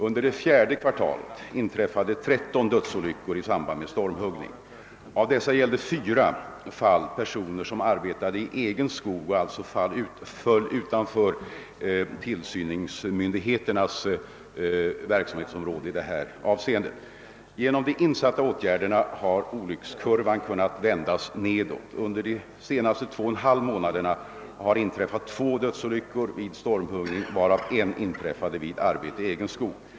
Under det fjärde kvartalet inträffade 13 dödsolyckor i samband med stormhuggningen. Av dessa gällde fyra personer som arbetade i egen skog och alltså föll utanför tillsynsmyndigheternas verksamhetsområde. Genom de insatta åtgärderna har olyckskurvan kunnat vändas nedåt; under de senaste två och en halv månaderna har det inträffat två dödsolyckor vid stormhuggning, varav ett inträffade vid arbete i egen skog.